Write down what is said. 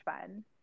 fun